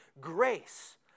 grace